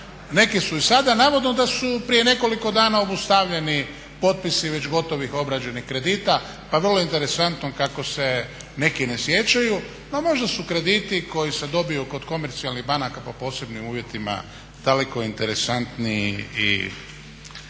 neki su i sada. A navodno da su prije nekoliko dana obustavljeni potpisi već gotovih obrađenih kredita, pa vrlo interesantno kako se neki ne sjećaju. Ma možda su krediti koji se dobiju kod komercijalnih banaka po posebnim uvjetima daleko interesantniji i